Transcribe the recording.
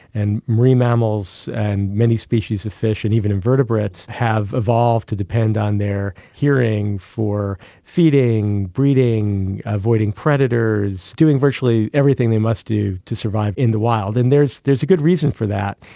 and marine mammals and many species of fish and even invertebrates have evolved to depend on their hearing for feeding, breeding, avoiding predators, doing virtually everything they must do to survive in the wild. and there's there's a good reason for that.